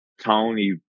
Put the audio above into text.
Tony